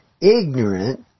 ignorant